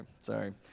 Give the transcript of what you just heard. sorry